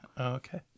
Okay